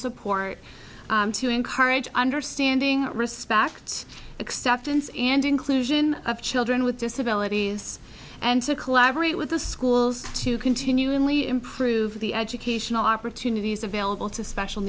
support to encourage understanding respect acceptance and inclusion of children with disabilities and to collaborate with the schools to continually improve the educational opportunities available to special